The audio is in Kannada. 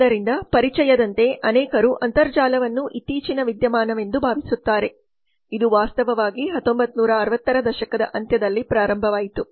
ಆದ್ದರಿಂದ ಪರಿಚಯದಂತೆ ಅನೇಕರು ಅಂತರ್ಜಾಲವನ್ನು ಇತ್ತೀಚಿನ ವಿದ್ಯಮಾನವೆಂದು ಭಾವಿಸುತ್ತಾರೆ ಇದು ವಾಸ್ತವವಾಗಿ 1960 ರ ದಶಕದ ಅಂತ್ಯದಲ್ಲಿ ಪ್ರಾರಂಭವಾಯಿತು